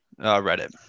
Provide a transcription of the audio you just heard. Reddit